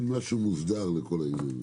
אין משהו מוסדר לכל העניינים.